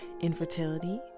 infertility